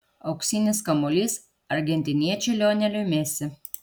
auksinis kamuolys argentiniečiui lioneliui messi